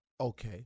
Okay